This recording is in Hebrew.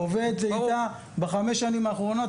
אני חווה את זה איתה בחמש השנים האחרונות,